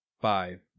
Five